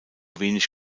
wenig